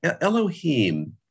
Elohim